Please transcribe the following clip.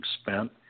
spent